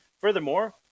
Furthermore